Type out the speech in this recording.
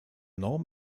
norm